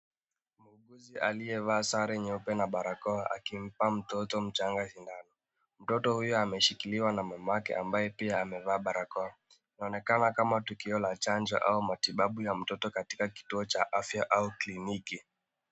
Muuguzi aliyevaa sare nyeupe na barakoa akimpa mtoto mchanga sindano. Mtoto huyo ameshikiliwa na mamake ambaye pia amevaa barakoa. Inaonekana kama tukio la chanjo au matibabu ya mtoto katika kituo cha afya au kliniki.